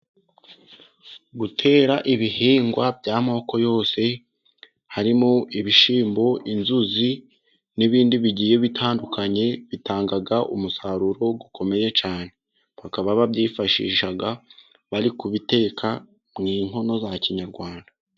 Gutera ibihingwa by'amoko yose harimo: ibishyimbo ,inzuzi n'ibindi bigiye bitandukanye, bitanga umusaruro ukomeye cyane bakaba babyifashisha bari kubiteka mu nkono za kinyarwanda.